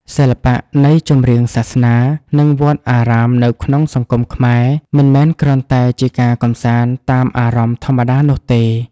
សិល្បៈនៃចម្រៀងសាសនា និងវត្តអារាមនៅក្នុងសង្គមខ្មែរ មិនមែនគ្រាន់តែជាការកម្សាន្តតាមអារម្មណ៍ធម្មតានោះទេ